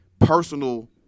personal